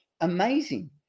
amazing